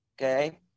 okay